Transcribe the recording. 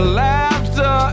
laughter